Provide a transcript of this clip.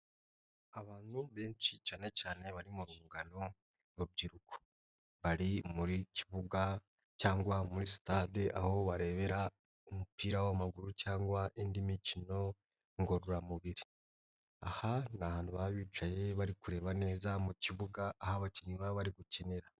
Abantu benshi cyane cyane bari mu rungano urubyiruko bari mu kibuga cyangwa muri stade, aho barebera umupira w'amaguru cyangwa indi mikino ngororamubiri. Aha ni baba bicaye bari kureba neza mu kibuga aho abakinnyi baba bari gukinira.